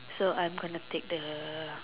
so I am gonna take the